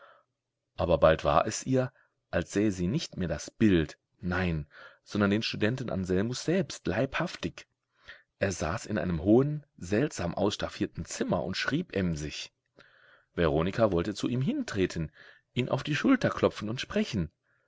aber bald war es ihr als sähe sie nicht mehr das bild nein sondern den studenten anselmus selbst leibhaftig er saß in einem hohen seltsam ausstaffierten zimmer und schrieb emsig veronika wollte zu ihm hintreten ihn auf die schulter klopfen und sprechen